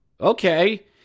Okay